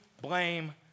blame